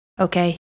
okay